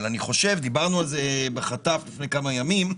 אבל דיברנו על זה בחטף לפני כמה ימים.